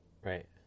Right